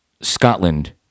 Scotland